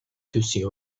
que